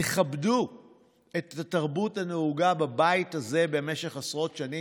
תכבדו את התרבות הנהוגה בבית הזה משך עשרות שנים.